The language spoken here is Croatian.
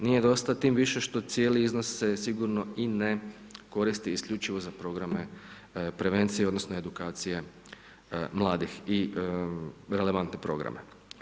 Nije dosta tim više što cijeli iznos se sigurno i ne koristi isključivo za programe prevencije, odnosno, edukacije mladih i relevantni program.